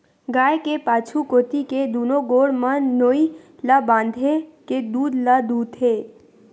गाय के पाछू कोती के दूनो गोड़ म नोई ल बांधे के दूद ल दूहूथे